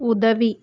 உதவி